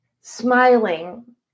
smiling